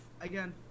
again